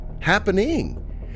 happening